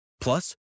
Plus